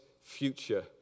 future